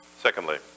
Secondly